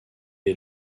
est